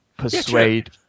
Persuade